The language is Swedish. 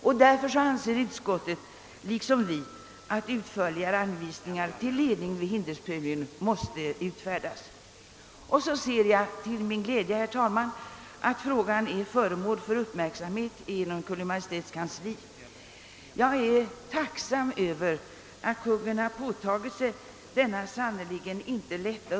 Utskottet anser därför liksom vi att utförligare anvisningar till ledning för hindersprövningen måste utfärdas. Så ser jag till min glädje att frågan är föremål för uppmärksamhet inom Kungl. Maj:ts kansli. Jag är tacksam för att Kungl. Maj:t tagit på sig denna uppgift som sannerligen inte är lätt.